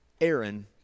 Aaron